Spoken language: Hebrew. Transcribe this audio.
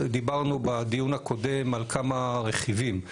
דיברנו בדיון הקודם על כמה רכיבים.